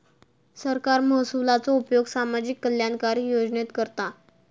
सरकार महसुलाचो उपयोग सामाजिक कल्याणकारी योजनेत करता